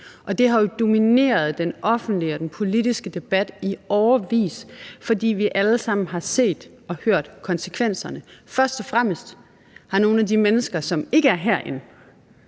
Det har jo domineret den offentlige og den politiske debat i årevis, fordi vi alle sammen har set og hørt konsekvenserne. Først og fremmest har det for nogle af de mennesker, som ikke er herinde,